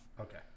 Okay